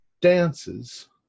dances